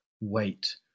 wait